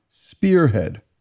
Spearhead